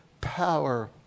power